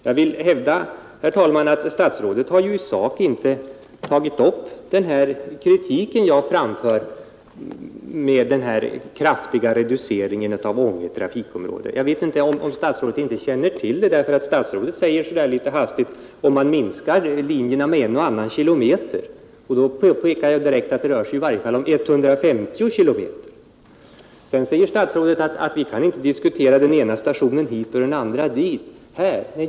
Jag hävdar, herr talman, att statsrådet i sak inte har tagit upp den kritik jag framfört mot den kraftiga reduceringen av Ange trafikom råde. Statsrådet måtte inte känna till denna särskilt bra eftersom han så där litet hastigt säger att om man minskar trafikområdets linjer med en eller annan kilometer så spelar det väl inte någon större roll. Men här rör det sig om ungefär 150 kilometer! Statsrådet säger vidare att vi inte kan diskutera den ena stationen hit och den andra dit.